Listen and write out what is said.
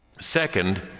Second